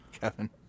Kevin